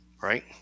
Right